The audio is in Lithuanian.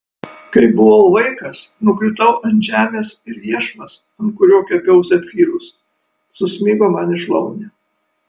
kai buvau vaikas nukritau ant žemės ir iešmas ant kurio kepiau zefyrus susmigo man į šlaunį